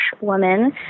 woman